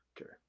okay